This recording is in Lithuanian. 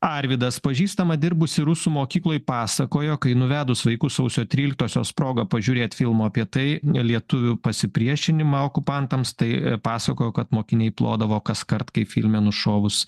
arvydas pažįstama dirbusi rusų mokykloj pasakojo kai nuvedus vaikus sausio tryliktosios proga pažiūrėt filmo apie tai ne lietuvių pasipriešinimą okupantams tai pasakojo kad mokiniai plodavo kaskart kai filme nušovus